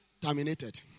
terminated